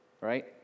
right